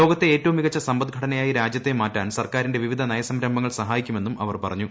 ലോകത്തെ ഏറ്റവും മികച്ച സമ്പദ്ഘടനയായി രാജ്യത്തെ മാറ്റാൻ സർക്കാരിന്റെ വിവിധ നയസംരംഭങ്ങൾ സഹായിക്കുമെന്നും അവർ പറഞ്ഞു